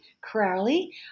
Crowley